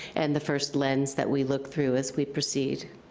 and the first lens that we look through as we proceed.